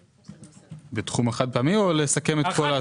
בתחום החד-פעמי או לסכם את הכול?